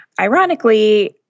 ironically